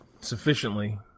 Sufficiently